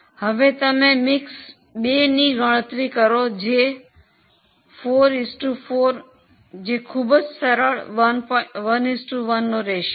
હવે તમે મિક્સ 2 ની ગણતરી કરો જે 4 4 છે તે ખૂબ જ સરળ 1 1 રેશિયો છે